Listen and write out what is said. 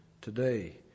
today